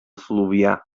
fluvià